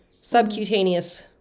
subcutaneous